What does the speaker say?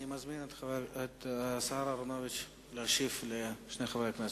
אני מזמין את השר להשיב לשני חברי הכנסת.